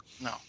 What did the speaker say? No